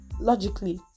logically